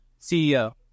CEO